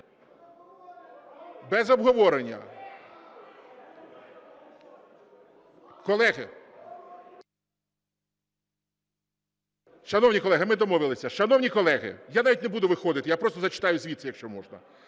Без обговорення. Шановні колеги, ми домовилися. Шановні колеги, я навіть не буду виходити, я просто зачитаю звіт, якщо можна.